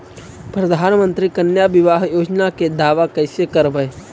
प्रधानमंत्री कन्या बिबाह योजना के दाबा कैसे करबै?